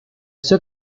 sue